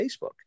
Facebook